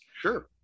Sure